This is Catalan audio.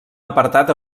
apartat